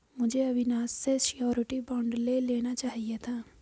मुझे अविनाश से surety bond ले लेना चाहिए था